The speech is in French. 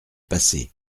passé